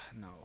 no